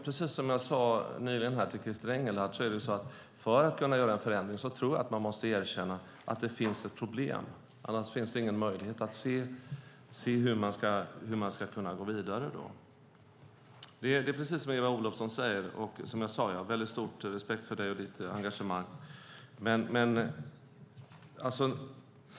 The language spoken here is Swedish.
Precis som jag sade nyligen till Christer Engelhardt måste man för att göra en förändring erkänna att det finns ett problem. Annars finns det ingen möjlighet att se hur man ska gå vidare. Det är precis som Eva Olofsson säger och som jag sade. Jag har väldigt stor respekt för dig och ditt engagemang.